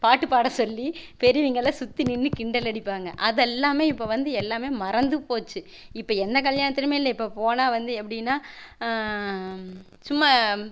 பாட்டு பாட சொல்லி பெரியங்களாம் சுற்றி நின்று கிண்டல் அடிப்பாங்க அதெல்லாம் இப்போ வந்து எல்லாம் மறந்து போச்சு இப்போ எந்த கல்யாணத்துலேயுமே இல்லை இப்போது போனால் வந்து எப்படின்னா சும்மா